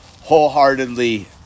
wholeheartedly